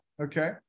okay